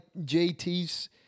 JT's